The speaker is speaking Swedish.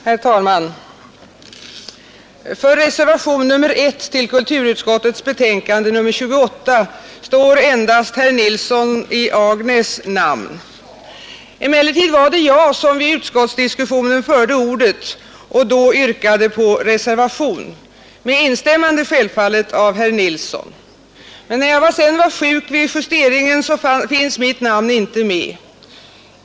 Herr talman! För reservationen 1 till kulturutskottets betänkande nr 28 står endast herr Nilsson i Agnäs. Emellertid var det jag som vid utskottsdiskussionen förde ordet och yrkade på reservation — med instämmande självfallet av herr Nilsson — men då jag var sjuk vid justeringen finns mitt namn inte med.